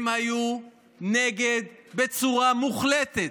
הם היו נגד בצורה מוחלטת,